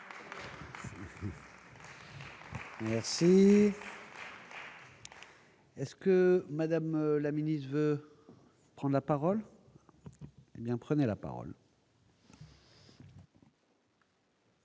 C'est. Est-ce que Madame la ministre de prendre la parole, hé bien, prenez la parole.